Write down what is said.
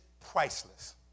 priceless